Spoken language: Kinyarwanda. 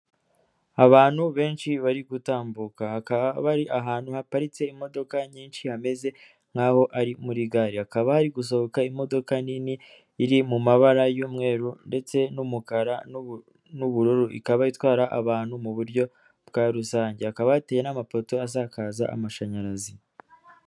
Abantu benshi bari gutambukaba bakaba bari ahantu haparitse imodoka nyinshi hameze nkaho ari muri gare, hakaba hari gusohoka imodoka nini iri mu mabara y'umweru, ndetse n'umukara n'ubururu, ikaba itwara abantu mu buryo bwa rusange hakaba hateye n'amapoto asakaza amashanyarazi.